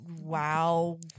wow